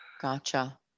Gotcha